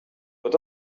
but